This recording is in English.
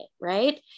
right